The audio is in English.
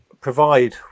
provide